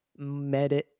Medit